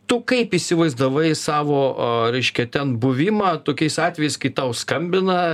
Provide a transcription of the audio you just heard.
tu kaip įsivaizdavai savo reiškia ten buvimą tokiais atvejais kai tau skambina